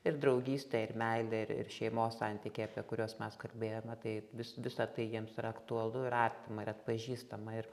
ir draugystė ir meilė ir ir šeimos santykiai apie kuriuos mes kalbėjome tai vis visa tai jiems yra aktualu ir artima ir atpažįstama ir